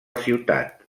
ciutat